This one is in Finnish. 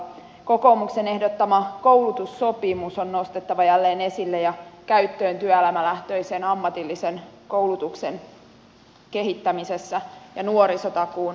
kokoomuksen ehdottama koulutussopimus on nostettava jälleen esille ja käyttöön työelämälähtöisen ammatillisen koulutuksen kehittämisessä ja nuorisotakuun toteuttamisessa